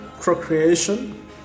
procreation